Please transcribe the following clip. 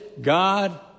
God